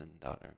daughter